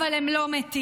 אבל הם לא מתים.